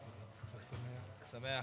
הישיבה